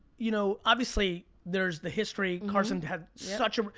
you know obviously, there's the history, carson had such a,